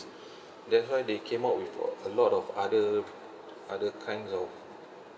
that's why they came out with a lot of other other kinds of